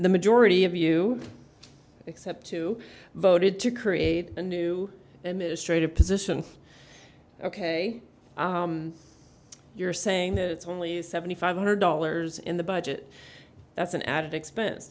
the majority of you except two voted to create a new administration position ok you're saying that it's only seventy five hundred dollars in the budget that's an added expense